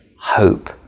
hope